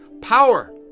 power